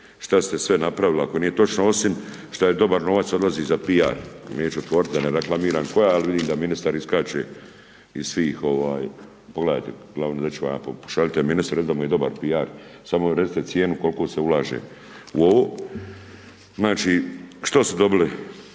šta ste sve napravili ako nije točno osim što dobar novac odlazi za PR. Neću otvoriti da ne reklamiram koja ali vidim da ministar iskače iz svih, pogledajte, uglavnom reći ću vam, pošaljite ministru, recite mu da mu je dobar PR, samo recite cijenu koliko se ulaže u ovom. Znači što su dobili